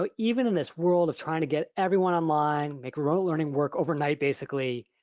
but even in this world of trying to get everyone online, make our own learning work overnight basically,